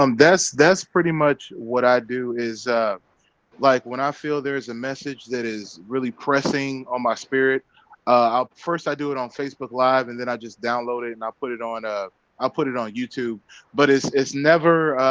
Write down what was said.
um that's that's pretty much what i do is like when i feel there's a message that is really pressing on my spirit um first i do it on facebook live and then i just download it and i put it on ah i put it on youtube but it's never